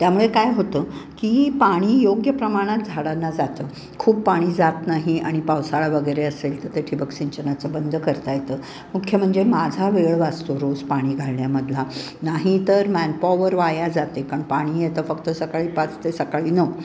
त्यामुळे काय होतं की पाणी योग्य प्रमाणात झाडांना जातं खूप पाणी जात नाही आणि पावसाळा वगैरे असेल तर ते ठिबक सिंचनाचं बंद करता येतं मुख्य म्हणजे माझा वेळ वाचतो रोज पाणी घालण्यामधला नाही तर मॅनपॉवर वाया जाते कारण पाणी येतं फक्त सकाळी पाच ते सकाळी नव